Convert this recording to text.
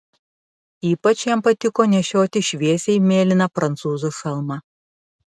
ypač jam patiko nešioti šviesiai mėlyną prancūzų šalmą